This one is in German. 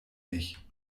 mich